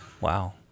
Wow